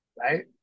right